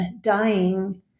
dying